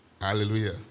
Hallelujah